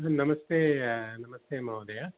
नमस्ते नमस्ते महोदय